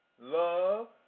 love